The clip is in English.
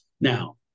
Now